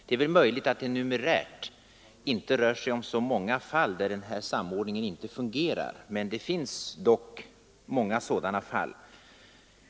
Det är möjligt att det numerärt inte rör sig om något mer betydande antal fall där denna samordning inte fungerar, men det finns dock många sådana fall.